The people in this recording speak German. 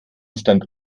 stand